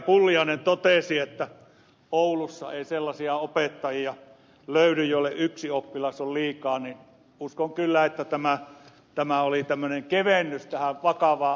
pulliainen totesi että oulussa ei sellaisia opettajia löydy joille yksi oppilas on liikaa niin uskon kyllä että tämä oli tämmöinen kevennys tähän vakavaan asiaan